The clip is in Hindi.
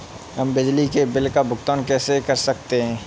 हम बिजली के बिल का भुगतान कैसे कर सकते हैं?